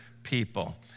People